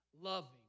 loving